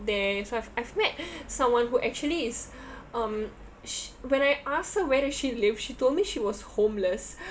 there so I've I've met someone who actually is um s~ when I ask her where does she live she told me she was homeless